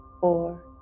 four